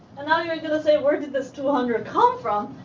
and now you're going say, where did this two hundred come from?